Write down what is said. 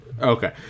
Okay